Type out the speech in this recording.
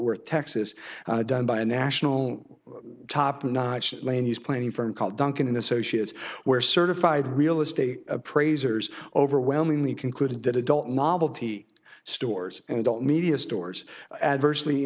worth texas done by a national top notch lane he's playing for and called duncan and associates where certified real estate appraisers overwhelmingly concluded that adult novelty stores and adult media stores adversely